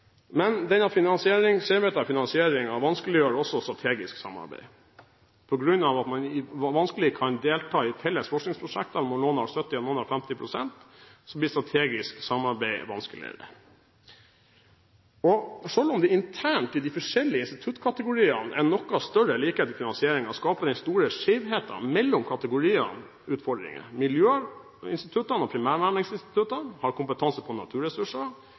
vanskeliggjør også strategisk samarbeid, fordi man vanskelig kan delta i felles forskningsprosjekter når noen har 70 pst. og andre har 50 pst. Da blir strategisk samarbeid vanskeligere. Selv om det internt i de forskjellige instituttkategoriene er noe større likhet i finansieringen, skaper den store skjevheten mellom kategoriene utfordringer. Miljøinstituttene og primærnæringsinstituttene har kompetanse på naturressurser.